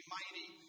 mighty